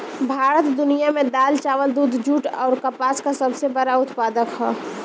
भारत दुनिया में दाल चावल दूध जूट आउर कपास का सबसे बड़ा उत्पादक ह